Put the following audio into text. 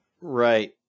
Right